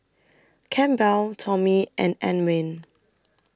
Campbell Tommie and Antwain